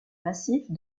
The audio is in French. massive